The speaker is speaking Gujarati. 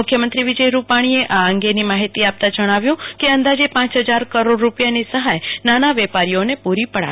મુખ્યમંત્રી વિજય રૂપાણીએ આ અંગેની માહિતી આપતા જણાવ્યુ કે અંદાજે પાંચ હજાર કરોડ રૂપિયાની સહાય નાના વેપારીઓને પુરી પડાશે